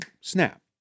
snap